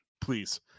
please